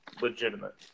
Legitimate